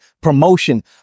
promotion